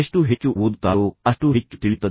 ಎಷ್ಟು ಹೆಚ್ಚು ಓದುತ್ತಾರೋ ಅಷ್ಟು ಹೆಚ್ಚು ತಿಳಿಯುತ್ತದೆ